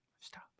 Stop